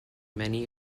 many